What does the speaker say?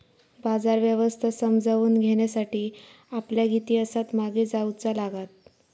बाजार व्यवस्था समजावून घेण्यासाठी आपल्याक इतिहासात मागे जाऊचा लागात